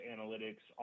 Analytics